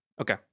okay